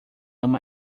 ama